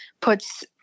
puts